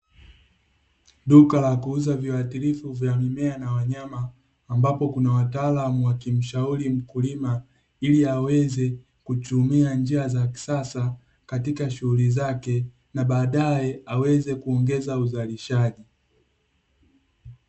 Duka la kuuza viwatilifu vya mimea na wanyama, ambapo kuna wataalamu wakimshauri mkulima ili aweze kutumia njia za kisasa katika shughuli zake, na baadaye aweze kuongeza uzalishaji.